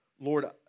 lord